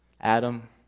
Adam